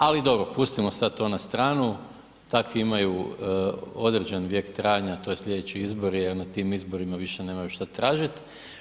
Ali dobro pustimo sada to na stranu, takvi imaju određen vijek trajanja, a to su sljedeći izborima, a na tim izborima više nemaju šta tražiti.